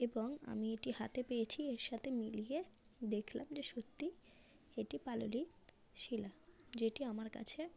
এবং আমি এটি হাতে পেয়েছি এর সাথে মিলিয়ে দেখলাম যে সত্যি এটি পাললিক শিলা যেটি আমার কাছে